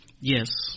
Yes